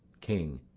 king.